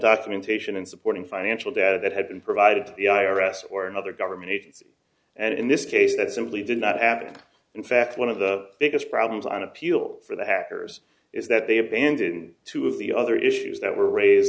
documentation and supporting financial data that had been provided to the i r s or another government agency and in this case that simply did not happen in fact one of the biggest problems on appeal for the hackers is that they abandoned two of the other issues that were raised